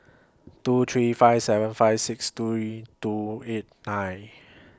two three five seven five six three two eight nine